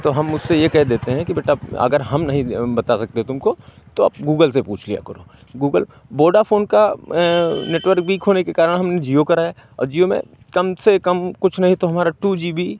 तो हम उससे ये कह देते हैं कि बेटा अगर हम नहीं बता सकते तुमको तो आप गूगल से पूछ लिया करो गूगल वोडाफ़ोन का नेटवर्क वीक होने के कारण हमने जिओ कराया और जिओ में कम से कम कुछ नहीं तो हमारा टू जी बी